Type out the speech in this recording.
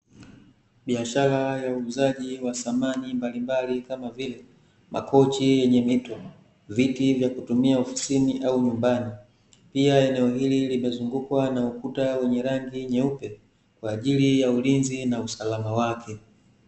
Biashara ya uuzaji wa samani mbalimbali kama vile, makochi yenye mito, viti vya kutumia ofisini au nyumbani. Pia eneo hili limezungukwa na ukuta wenye rangi nyeupe kwa ajili ya ulinzi na usalama wake.